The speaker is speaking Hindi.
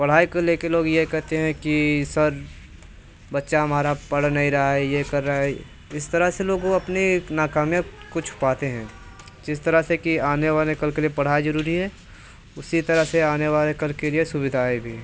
पढ़ाई को लेकर लोग यह कहते हैं कि सर बच्चा हमारा पढ़ नहीं रहा है यह कर रहा है इस तरह से लोगों अपने नाकामयाब कुछ बातें हैं जिस तरह से कि आने वाले कल के लिए पढ़ाई ज़रूरी है उसी तरह से आने वाले कल के लिए सुविधाएँ भी